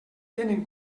tenen